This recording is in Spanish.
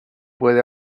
puede